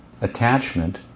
attachment